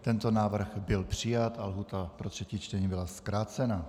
Tento návrh byl přijat a lhůta pro třetí čtení byla zkrácena.